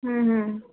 हं हं